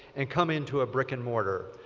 and come into a brick and mortar?